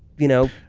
you know,